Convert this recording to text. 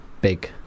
big